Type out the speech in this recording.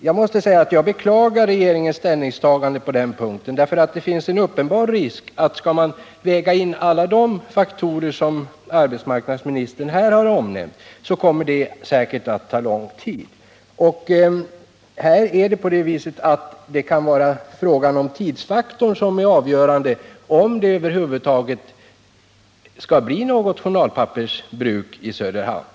Jag beklagar regeringens ställningstagande på den punkten. Det finns en uppenbar risk, om man skall väga in alla de faktorer arbetsmarknadsministern här har omnämnt, att detta kommer att ta lång tid. Tidsfaktorn kan här vara avgörande för om det över huvud taget skall bli något journalpappersbruk i Söderhamn.